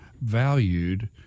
valued